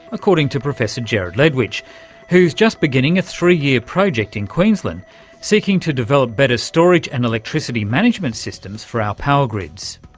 according to professor ledwich who's just beginning a three-year project in queensland seeking to develop better storage and electricity management systems for our power grids.